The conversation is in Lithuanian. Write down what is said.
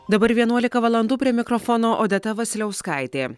dabar vienuolika valandų prie mikrofono odeta vasiliauskaitė